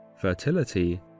fertility